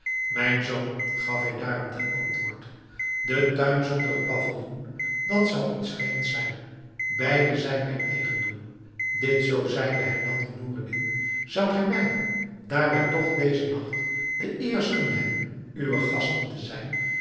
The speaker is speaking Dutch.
mijn zoon gaf hij daarom ten antwoord de tuin zonder het pavilloen dat zou iets vreemds zijn beide zijn mijn eigendom dit zoo zijnde hernam nu noureddin zoudt gij mij daar wij toch dezen nacht de eer zullen hebben uwe gasten te zijn